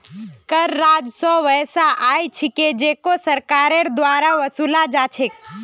कर राजस्व वैसा आय छिके जेको सरकारेर द्वारा वसूला जा छेक